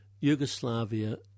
Yugoslavia